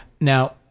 Now